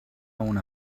una